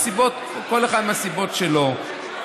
כל אחד מהסיבות שלו.